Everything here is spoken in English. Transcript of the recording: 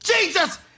Jesus